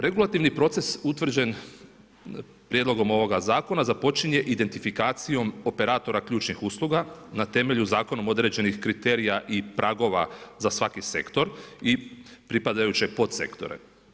Regulativni proces utvrđen prijedlogom ovoga zakona započinje identifikacijom operatora ključnih usluga na temelju zakonom određenih kriterija i pragova za svaki sektor i pripadajuće podsektore.